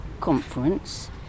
conference